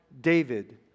David